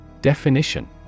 Definition